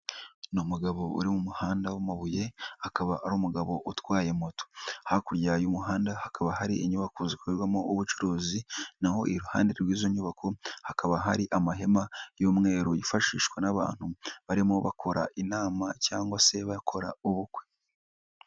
Ni umugabo uri mu muhanda w'amabuye, akaba ari umugabo utwaye moto. Hakurya y'umuhanda hakaba hari inyubako zikorerwamo ubucuruzi, naho iruhande rw'izo nyubako hakaba hari amahema y'umweru, yifashishwa n'abantu barimo bakora inama cyangwa se bakora ubukwe.